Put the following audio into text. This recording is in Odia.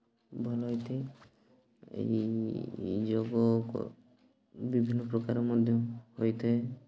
ଭଲ ହେଇଥାଏ ଏହି ଯୋଗ ବିଭିନ୍ନ ପ୍ରକାର ମଧ୍ୟ ହୋଇଥାଏ